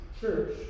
church